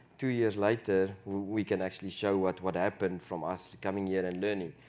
two years later, we can actually show what what happened from us coming here and learning.